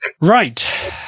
Right